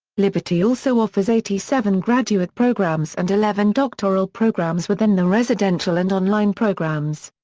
liberty also offers eighty seven graduate programs and eleven doctoral programs within the residential and online programs.